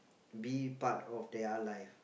be part of their life